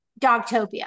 Dogtopia